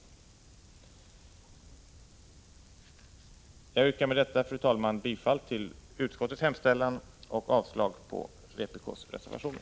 Med detta yrkar jag, fru talman, bifall till utskottets hemställan och avslag på vpk:s reservationer.